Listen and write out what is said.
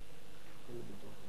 רבותי חברי הכנסת, כאשר מדברים על בעיות